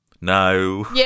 No